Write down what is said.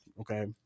okay